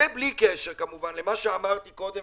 זה בלי קשר כמובן למה שאמרתי קודם,